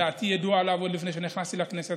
דעתי ידועה עליו עוד לפני שנכנסתי לכנסת.